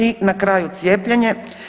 I na kraju, cijepljenje.